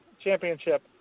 championship